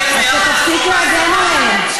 אז שתפסיק להגן עליהם.